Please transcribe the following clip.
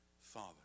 father